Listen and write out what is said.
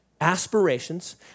aspirations